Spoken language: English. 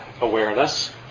Awareness